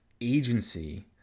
agency